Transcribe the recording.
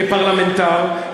כפרלמנטר,